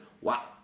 wow